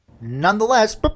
Nonetheless